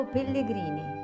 Pellegrini